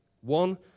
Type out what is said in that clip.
One